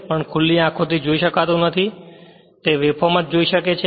પણ ખુલ્લી આંખોથી જોઈ શકતું નથી તે વેવફોર્મ જ જોઈ શકે છે